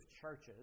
churches